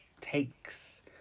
takes